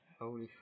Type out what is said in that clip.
Holy